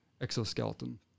exoskeleton